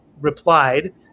replied